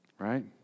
Right